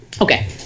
Okay